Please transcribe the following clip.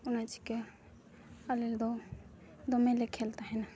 ᱚᱱᱟ ᱪᱤᱠᱟᱹ ᱟᱞᱮᱫᱚ ᱫᱚᱢᱮᱞᱮ ᱠᱷᱮᱞ ᱛᱟᱦᱮᱱᱟ